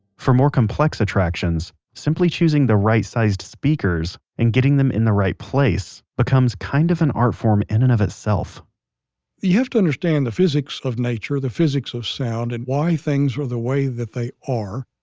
for more complex attractions, simply choosing the right sized speakers and getting them in the right place becomes a kind of and artform in and of itself you have to understand the physics of nature, the physics of sound, and why things are the way that they are.